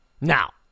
Now